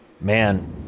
man